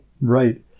Right